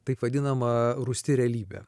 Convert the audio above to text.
taip vadinama rūsti realybė